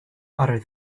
other